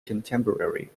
contemporary